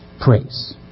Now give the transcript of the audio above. praise